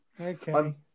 okay